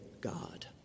God